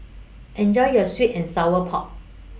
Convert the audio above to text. Enjoy your Sweet and Sour Pork